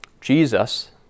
Jesus